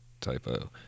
typo